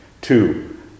Two